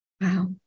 Wow